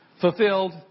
fulfilled